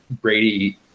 Brady